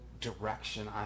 direction